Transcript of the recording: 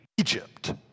Egypt